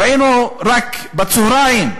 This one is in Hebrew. ראינו רק בצהריים,